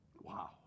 Wow